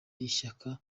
ishyaka